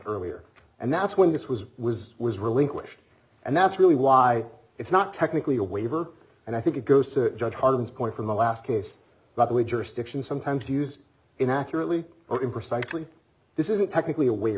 earlier and that's when this was was was relinquished and that's really why it's not technically a waiver and i think it goes to judge harmon's point from the last case luckily jurisdiction sometimes used inaccurately or imprecisely this isn't technically a wa